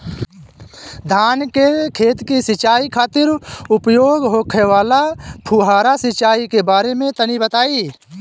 धान के खेत की सिंचाई खातिर उपयोग होखे वाला फुहारा सिंचाई के बारे में तनि बताई?